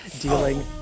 dealing